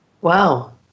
Wow